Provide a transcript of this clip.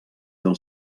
del